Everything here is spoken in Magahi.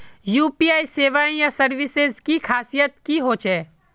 यु.पी.आई सेवाएँ या सर्विसेज की खासियत की होचे?